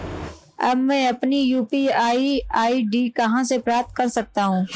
अब मैं अपनी यू.पी.आई आई.डी कहां से प्राप्त कर सकता हूं?